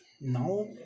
now